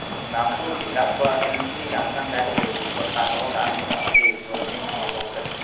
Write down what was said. নামটো বিকাশ বৰা আছিল নেকি সি গান চান গাই থাকে ইউটিউবত তাৰ ভাগৰ গান আছেই ইউটিউবত আপুনি মাৰিলেই পাব চাগৈ